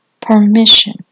permission